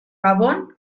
gabón